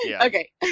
okay